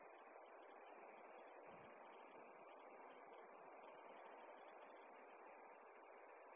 ছাত্র ছাত্রীঃ